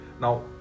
now